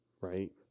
right